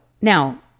Now